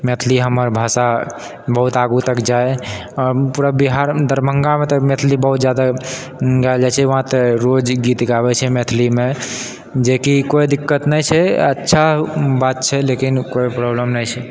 मैथिली हमर भाषा बहुत आगू तक जाइ आओर पूरा बिहार दरभङ्गामे तऽ मैथिली बहुत जादा गायल जाइ छै वहाँ तऽ रोज गीत गाबै छै मैथिलीमे जेकी कोइ दिक्कत नहि छै अच्छा बात छै लेकिन कोइ प्रॉब्लम नहि छै